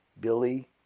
Billy